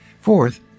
Fourth